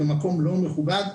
במקום לא מכובד.